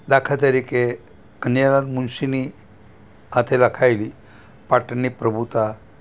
દાખલા તરીકે કનૈયાલાલ મુનશીની હાથે લખાએલી પાટણની પ્રભુતા